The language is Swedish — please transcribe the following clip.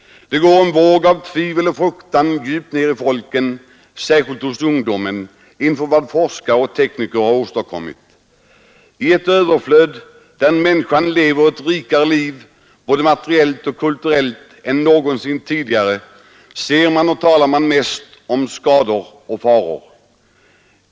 Det går en våg av tvivel och fruktan djupt ner i folken, särskilt hos ungdomen, inför vad forskare och tekniker har åstadkommit. I ett överflöd där människan lever ett rikare liv både materiellt och kulturellt än någonsin tidigare ser man och talar man mest om skador och faror.